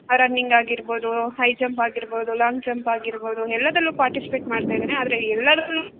running ಆಗಿರ್ಬೋದು high jump ಆಗಿರ್ಬೋದು long jump ಆಗಿರ್ಬೋದು ಎಲ್ಲದರಲ್ಲೂ ಪಾರ್ಟಿಸಿಪೇಟ್ ಮಾಡ್ತಾ ಇದ್ದಾನೆ ಆದರೆ ಎಲ್ಲದರಲ್ಲೂ